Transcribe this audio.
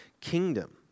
kingdom